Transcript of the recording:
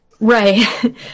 Right